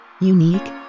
unique